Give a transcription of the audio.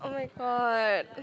oh-my-god